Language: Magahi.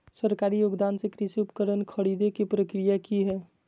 सरकारी योगदान से कृषि उपकरण खरीदे के प्रक्रिया की हय?